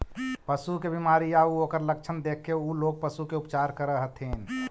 पशु के बीमारी आउ ओकर लक्षण देखके उ लोग पशु के उपचार करऽ हथिन